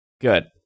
good